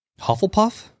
Hufflepuff